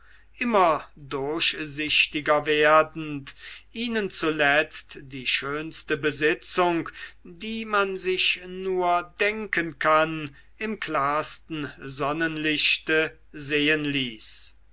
immer durchsichtiger werdend ihnen zuletzt die schönste besitzung die man sich nur denken kann im klarsten sonnenlichte sehen ließ